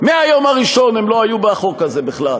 מהיום הראשון הם לא היו בחוק הזה בכלל.